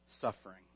suffering